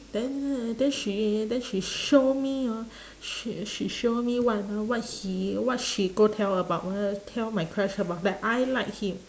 then then she then she show me hor she she show me what ah what he what she go tell about uh tell my crush about that I like him